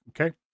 Okay